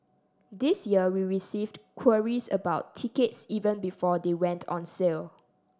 this year we received queries about tickets even before they went on sale